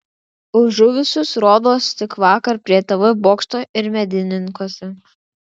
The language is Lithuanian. už žuvusius rodos tik vakar prie tv bokšto ir medininkuose